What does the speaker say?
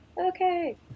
Okay